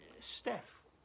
Steph